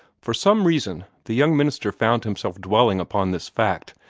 for some reason, the young minister found himself dwelling upon this fact,